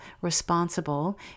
responsible